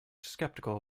skeptical